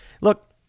Look